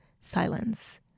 silence